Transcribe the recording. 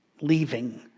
leaving